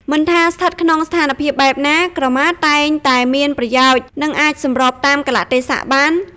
មិនថាស្ថិតក្នុងស្ថានភាពបែបណា ក្រមាតែងតែមានប្រយោជន៍ និងអាចសម្របតាមកាលៈទេសៈបាន។